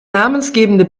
namensgebende